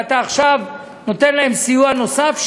ואתה עכשיו נותן להם סיוע נוסף,